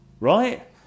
right